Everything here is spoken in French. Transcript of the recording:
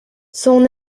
son